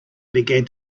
began